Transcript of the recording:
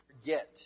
forget